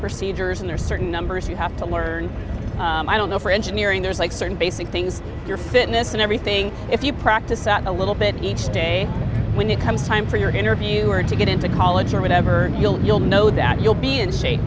procedures and there are certain numbers you have to learn i don't know for engineering there's like certain basic things your fitness and everything if you practice out a little bit each day when it comes time for your interviewer to get into college or whatever you'll you'll know that you'll be in shape